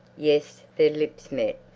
yes. their lips met.